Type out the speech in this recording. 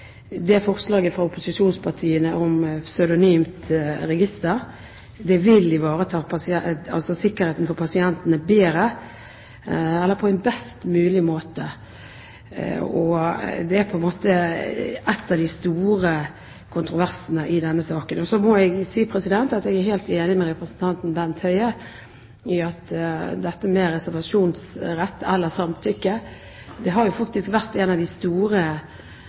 forslaget fra opposisjonspartiene om pseudonymt register vil ivareta sikkerheten for pasientene på best mulig måte. Det er én av de store kontroversene i denne saken. Så må jeg si at jeg er helt enig med representanten Bent Høie når det gjelder dette med reservasjonsrett eller samtykke. Det har jo faktisk vært en av de store